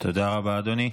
תודה רבה, אדוני.